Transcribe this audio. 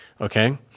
okay